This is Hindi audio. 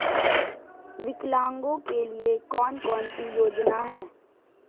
विकलांगों के लिए कौन कौनसी योजना है?